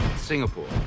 Singapore